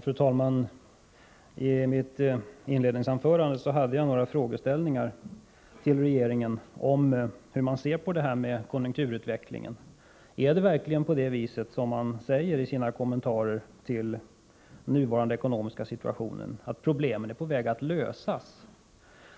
Fru talman! I mitt inledningsanförande ställde jag några frågor till regeringen om hur man ser på detta med konjunkturutvecklingen. Är det verkligen så, som man säger i sina kommentarer till den nuvarande ekonomiska situationen, att problemen är på väg att lösas?